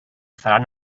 faran